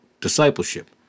discipleship